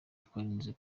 twarize